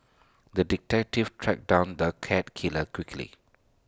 the detective tracked down the cat killer quickly